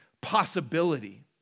possibility